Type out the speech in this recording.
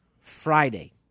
Friday